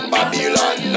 Babylon